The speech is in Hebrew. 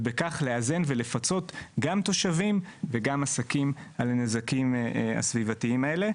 ובכך לאזן ולפצות גם תושבים וגם עסקים על הנזקים הסביבתיים האלה.